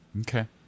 Okay